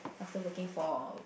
after working for